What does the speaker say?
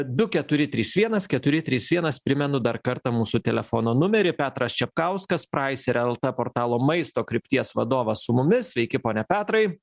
du keturi trys vienas keturi trys vienas primenu dar kartą mūsų telefono numerį petras čepkauskas praiser lt portalo maisto krypties vadovas su mumis sveiki pone petrai